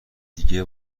دیگه